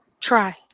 try